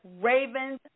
Ravens